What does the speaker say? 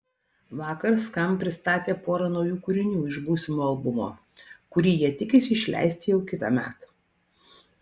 vakar skamp pristatė porą naujų kūrinių iš būsimo albumo kurį jie tikisi išleisti jau kitąmet